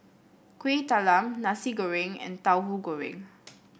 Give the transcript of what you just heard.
Kueh Talam Nasi Goreng and Tahu Goreng